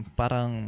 parang